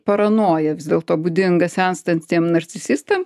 paranoja vis dėlto būdinga senstantiem narcisistam